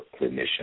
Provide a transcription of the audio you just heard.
clinician